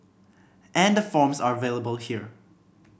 and the forms are available here